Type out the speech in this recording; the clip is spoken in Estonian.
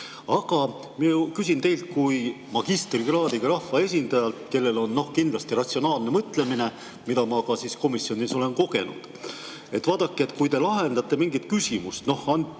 Aga küsin teilt kui magistrikraadiga rahvaesindajalt, kellel on kindlasti ratsionaalne mõtlemine, mida ma ka komisjonis olen kogenud. Vaadake, kui te lahendate mingit küsimust – antud